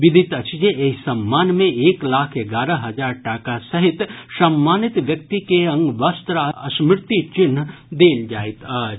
विदित अछि जे एहि सम्मान मे एक लाख एगारह हजार टाका सहित सम्मानित व्यक्ति के अंग वस्त्र आ स्मृति चिन्ह देल जाइत अछि